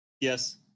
Yes